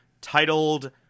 titled